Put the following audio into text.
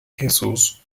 jesús